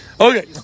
Okay